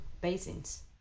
basins